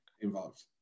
involved